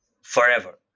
forever